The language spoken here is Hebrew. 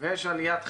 ויש עליית חירום,